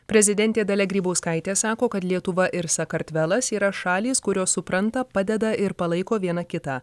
prezidentė dalia grybauskaitė sako kad lietuva ir sakartvelas yra šalys kurios supranta padeda ir palaiko viena kitą